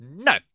No